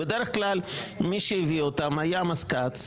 בדרך כלל מי שהביא אותם זה המזכ"ץ,